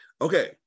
okay